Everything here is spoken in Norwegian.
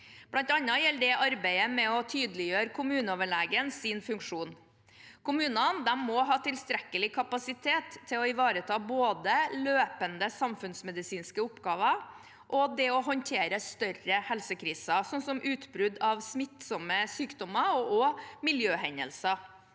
Blant annet gjelder det arbeidet med å tydeliggjøre kommuneoverlegens funksjon. Kommunene må ha tilstrekkelig kapasitet til både å ivareta løpende samfunnsmedisinske oppgaver og håndtere større helsekriser, slik som utbrudd av smittsomme sykdommer og miljøhendelser.